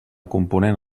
component